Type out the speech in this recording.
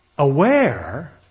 Aware